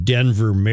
Denver